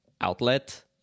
outlet